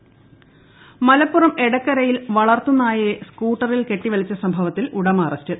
ഉടമ അറസ്റ്റിൽ മലപ്പുറം എടക്കരയിൽ വളർത്തു നായയെ സ്കൂട്ടറിൽ കെട്ടിവലിച്ച സംഭവത്തിൽ ഉടമ അറസ്റ്റിൽ